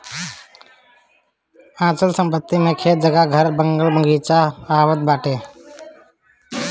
अचल संपत्ति मे खेत, जगह, घर, जंगल, बगीचा आवत बाटे